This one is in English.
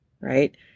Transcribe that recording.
right